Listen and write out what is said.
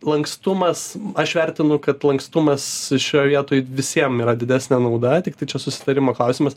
lankstumas aš vertinu kad lankstumas šioj vietoj visiem yra didesnė nauda tiktai čia susitarimo klausimas